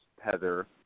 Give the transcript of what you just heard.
Heather